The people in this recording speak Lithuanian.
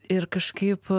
ir kažkaip